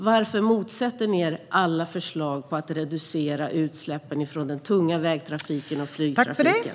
Varför motsätter ni er alla förslag om att reducera utsläppen från den tunga vägtrafiken och från flygtrafiken?